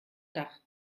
dach